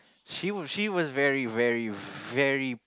she was she was very very very